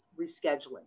rescheduling